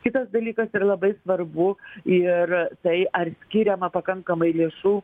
kitas dalykas yra labai svarbu ir tai ar skiriama pakankamai lėšų